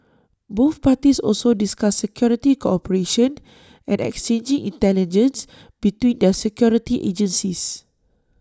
both parties also discussed security cooperation and exchanging intelligence between their security agencies